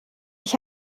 ich